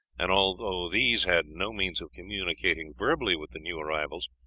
and although these had no means of communicating verbally with the new arrivals,